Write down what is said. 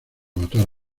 matar